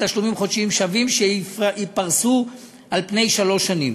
בתשלומים חודשיים שווים שייפרסו על שלוש שנים.